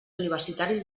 universitaris